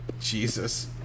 Jesus